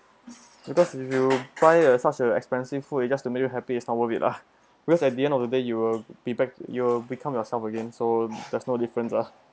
because if you buy a such a expensive food it just to make you happy it's not worth it lah because at the end of the day you will be backed you become yourself again so there's no difference lah